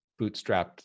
bootstrapped